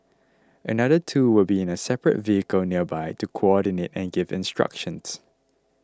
another two will be in a separate vehicle nearby to coordinate and give instructions